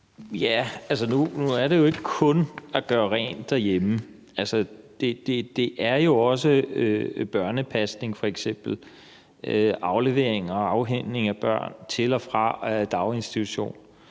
Nu gælder det jo ikke kun at gøre rent derhjemme. Det gælder også børnepasning f.eks., aflevering og afhentning af børn til og fra daginstitution,